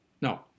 No